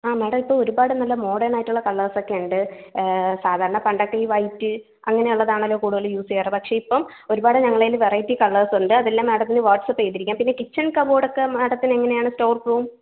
ആ മേഡം ഇപ്പോൾ ഒരുപാട് നല്ല മോഡേണായിട്ടുള്ള കളേഴ്സൊക്കെ ഉണ്ട് സാധാരണ പണ്ടൊക്കെ ഈ വൈറ്റ് അങ്ങനെ ഉള്ളതാണല്ലൊ കുടുതലും യൂസ് ചെയ്യാറ് പക്ഷെ ഇപ്പം ഒരുപാട് ഞങ്ങടേല് വെറൈറ്റി കളേഴ്സുണ്ട് അതെല്ലാം മാഡത്തിനു വാട്സപ്പ് ചെയ്തിരിക്കാം പിന്നെ കിച്ചൺ കബോഡൊക്കെ മാഡത്തിന് എങ്ങനെയാണ് സ്റ്റോർ റൂം